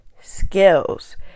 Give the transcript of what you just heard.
skills